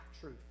truth